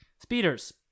Speeders